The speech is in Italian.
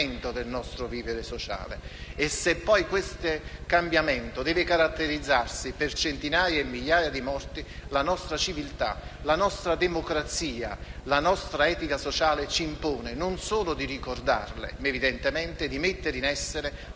il cambiamento del nostro vivere sociale. E se poi questo cambiamento deve caratterizzarsi per centinaia e migliaia di morti, la nostra civiltà, la nostra democrazia e la nostra etica sociale ci impongono, non solo di ricordarle ma, evidentemente, di mettere in essere tutte quelle azioni